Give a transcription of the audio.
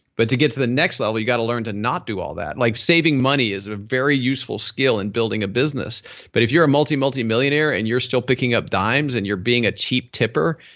but to get to the next level, you got to learn to not do all that. like saving money is a very useful skill in building a business but if you're a multi multimillionaire and you're still picking up dimes and you're being a cheap tipper,